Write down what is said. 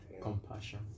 Compassion